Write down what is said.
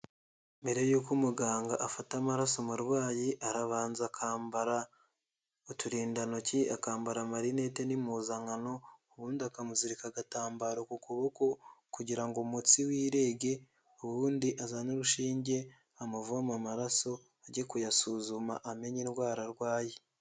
Mbere y'uko umuganga afata amaraso umurwayi, arabanza akambara uturindantoki, akambara amarinete n'impuzankano, ubundi akamuzirika agatambaro ku kuboko kugira ngo umutsi wirege, ubundi azane urushinge amuvome amaraso, ajye kuyasuzuma amenye indwara arwaye.